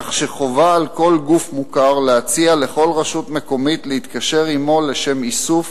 כך שחובה על כל גוף מוכר להציע לכל רשות מקומית להתקשר עמו לשם איסוף